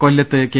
കൊല്ലത്ത് കെ